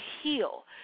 heal